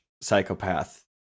psychopath